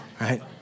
right